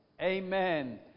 Amen